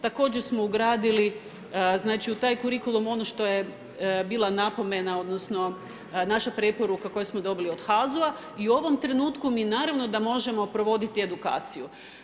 Također, smo ugradili znači u taj kurikulum ono što je bila napomena, odnosno, naša preporuka koju smo dobili od HZU-a, i u ovom trenutku mi naravno da možemo provoditi edukaciju.